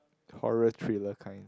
horror thriller kind